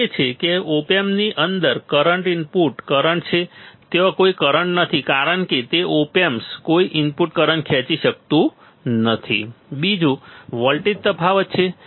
પ્રથમ એ છે કે ઓપ એમ્પની અંદર કરંટ ઇનપુટ કરંટ છે ત્યાં કોઈ કરંટ નથી કારણ કે તે ઓપ એમ્પ કોઈ ઇનપુટ કરંટ ખેંચી શકતું નથી બીજું વોલ્ટેજ તફાવત છે